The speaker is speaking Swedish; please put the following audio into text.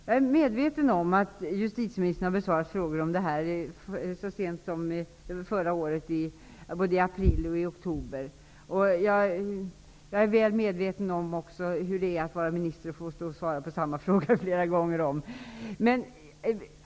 Jag är medveten om att justitieministern besvarade frågor på det här området i april och i oktober förra året. Jag är också väl medveten om hur det är att vara minister och få stå och svara på samma frågor flera gånger om.